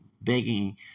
begging